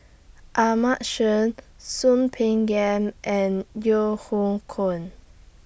Ahmad Soon Peng Yam and Yeo Hoe Koon